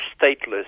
stateless